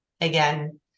again